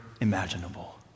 imaginable